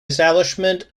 establishment